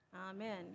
Amen